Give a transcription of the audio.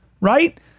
right